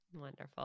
wonderful